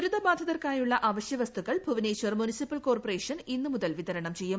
ദുരിതബാധിതർക്കായുള്ള അവശ്യവസ്തുക്കൾ Bhubaneswar municipal corporation ഇന്ന് മുതൽ വിതരണം ചെയ്യും